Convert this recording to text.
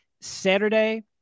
Saturday